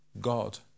God